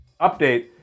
Update